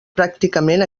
pràcticament